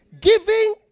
Giving